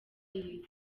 y’isi